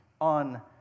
on